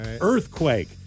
Earthquake